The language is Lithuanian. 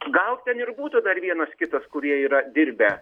gal ten ir būtų dar vienas kitas kurie yra dirbę